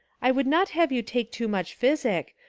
i would not have you take too much phisik,